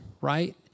right